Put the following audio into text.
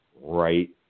right